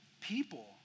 people